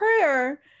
prayer